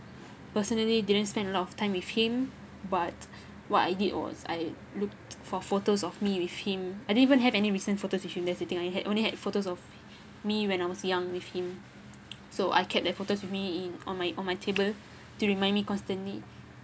personally didn't spend a lot of time with him but what I did was I looked for photos of me with him I didn't even have any recent photos with him that's the thing I had only had photos of me when I was young with him so I kept that photos with me in on my on my table to remind me constantly